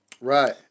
Right